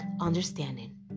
understanding